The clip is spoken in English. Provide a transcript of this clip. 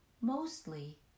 Mostly